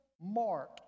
mark